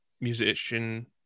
musician